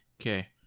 Okay